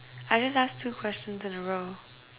I just asked two questions in a row